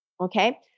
Okay